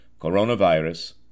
Coronavirus